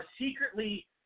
secretly